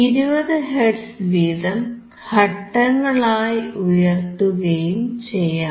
20 hertz വീതം ഘട്ടങ്ങളായി ഉയർത്തുകയും ചെയ്യാം